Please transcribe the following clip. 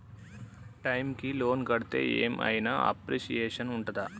Time కి loan కడ్తే ఏం ఐనా అప్రిషియేషన్ ఉంటదా?